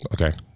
Okay